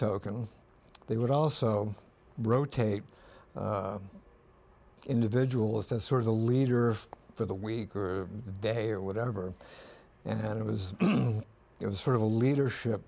token they would also rotate individuals as sort of the leader for the week or the day or whatever and it was it was sort of a leadership